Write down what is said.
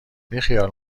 بیخیال